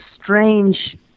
strange